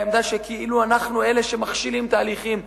בעמדה שכאילו אנחנו אלו שמכשילים תהליכים,